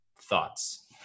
thoughts